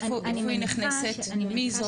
איפה היא נכנסת, מי זאת?